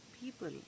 people